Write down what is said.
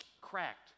cracked